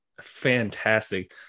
fantastic